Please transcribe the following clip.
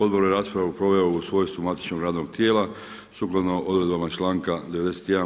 Odbor je raspravu proveo u svojstvu matičnog radnog tijela sukladno odredbama članka 91.